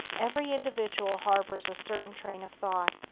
every individual harbors a certain train of thought,